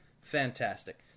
Fantastic